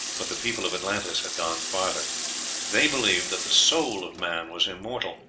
but the people of atlantis had gone farther they believed that the soul of man was immortal,